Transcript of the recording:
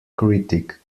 critic